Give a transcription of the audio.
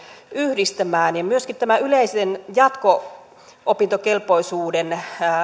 yhdistämään myöskin tämä yleisen jatko opintokelpoisuuden